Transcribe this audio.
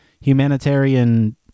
humanitarian